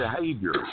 behavior